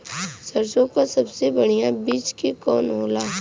सरसों क सबसे बढ़िया बिज के कवन होला?